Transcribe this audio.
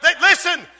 Listen